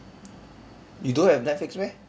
you don't have netflix meh